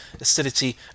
Acidity